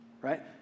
right